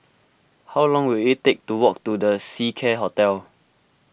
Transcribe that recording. how long will it take to walk to the Seacare Hotel